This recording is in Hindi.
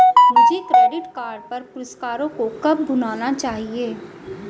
मुझे क्रेडिट कार्ड पर पुरस्कारों को कब भुनाना चाहिए?